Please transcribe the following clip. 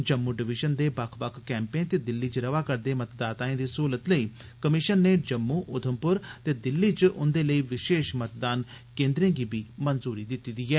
Jammu division दे बक्ख बक्ख कैंपें ते दिल्ली च रवा' रदे मतदाताएं दी स्हूलत लेई कमिशन नै जम्मू उधमप्र ते दिल्ली च उंदे लेई विशेष मतदान केन्द्रे गी मंजूरी बी दित्ती ऐ